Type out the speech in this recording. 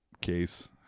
case